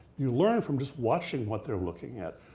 you learn from just watching what they're looking at.